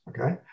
okay